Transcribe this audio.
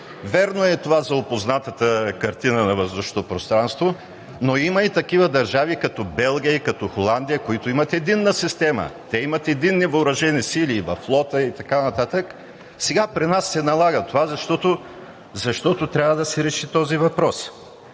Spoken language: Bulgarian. Вярно е това за опознатата картина на въздушното пространство, но има такива държави като Белгия и Холандия, които имат единна система. Те имат единни въоръжени сили и във флота, и така нататък. Сега при нас се налага това, защото трябва да се реши този въпрос.